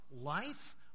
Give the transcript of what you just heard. life